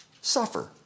suffer